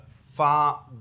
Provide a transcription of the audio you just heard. far